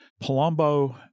Palumbo